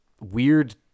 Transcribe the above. weird